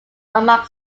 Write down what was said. armagh